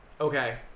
Okay